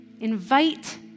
invite